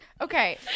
okay